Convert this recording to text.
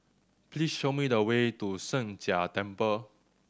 please show me the way to Sheng Jia Temple